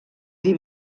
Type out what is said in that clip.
dir